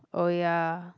oh ya